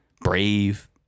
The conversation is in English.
brave